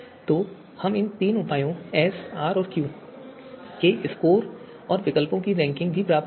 तो हम इन तीन उपायों एस आर और क्यू के स्कोर और विकल्पों की रैंकिंग भी प्राप्त करेंगे